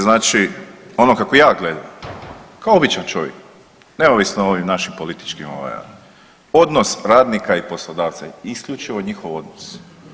Znači ono kako ja gledam kao običan čovjek neovisno o ovim našim političkim … [[Govornik se ne razumije]] odnos radnika i poslodavca i isključivo njihov odnos.